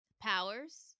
powers